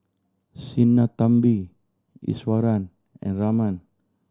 Sinnathamby Iswaran and Raman